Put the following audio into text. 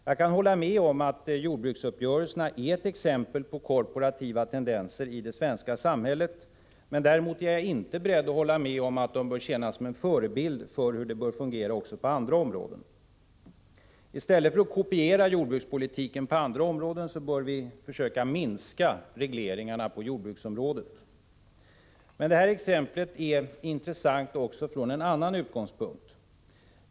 Jag kan hålla med om att jordbruksuppgörelserna är ett exempel på korporativa tendenser i det svenska samhället. Däremot är jag inte beredd att hålla med om att de bör tjäna som en förebild för hur det bör fungera också på andra områden. I stället för att på andra områden kopiera jordbrukspolitiken bör vi försöka minska regleringarna på jordbruksområdet. Exemplet är dock intressant också från annan utgångspunkt.